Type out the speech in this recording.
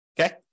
okay